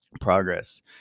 progress